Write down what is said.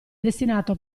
destinato